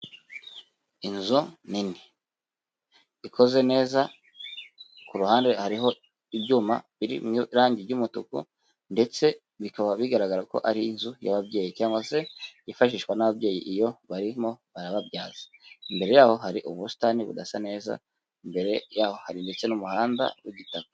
Inzu nini, ikoze neza, ku ruhande hariho ibyuma biri mu irangi ry'umutuku, ndetse bikaba bigaragara ko ari inzu y'ababyeyi, cyangwa se yifashishwa n'ababyeyi iyo barimo barababyaza, imbere yaho hari ubusitani budasa neza, imbere yaho hari ndetse n'umuhanda w'igitaka.